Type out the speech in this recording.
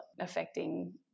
affecting